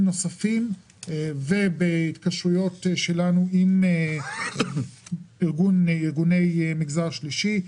נוספים ובהתקשרויות שלנו עם ארגוני מגזר השלישי,